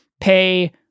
pay